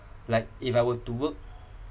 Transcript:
like if I were to work